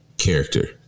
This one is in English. character